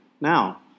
now